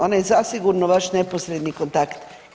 Ona je zasigurno vaš neposredni kontakt.